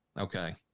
Okay